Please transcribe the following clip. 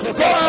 go